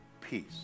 peace